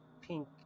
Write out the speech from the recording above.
pink